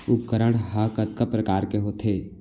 उपकरण हा कतका प्रकार के होथे?